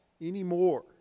anymore